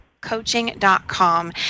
coaching.com